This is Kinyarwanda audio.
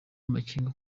amakenga